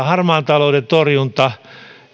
harmaan talouden torjunta